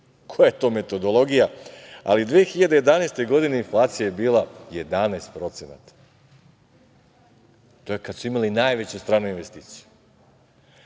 Koja je to metodologija? Ali, 2011. godine inflacija je bila 11% to je kad su imali najveće strane investicije. Evo,